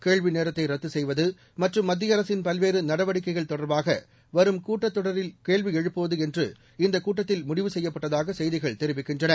கேள்வி நேரத்தை ரத்து செய்வது மற்றும் மத்திய அரசின் பல்வேறு நடவடிக்கைகள் தொடர்பாக வரும் கூட்டத் தொடரில் எழுப்புவது என்று இந்தக் கூட்டத்தில் முடிவு செய்யப்பட்டதாக செய்திகள் தெரிவிக்கின்றன